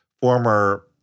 former